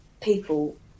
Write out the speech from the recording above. people